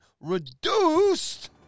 reduced